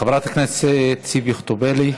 חברת הכנסת ציפי חוטובלי,